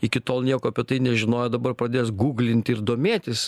iki tol nieko apie tai nežinojo dabar padės gūglinti ir domėtis